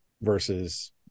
versus